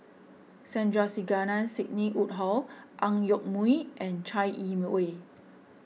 Sandrasegaran Sidney Woodhull Ang Yoke Mooi and Chai Yee Wei